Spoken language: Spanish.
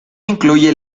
incluye